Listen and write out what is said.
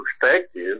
perspective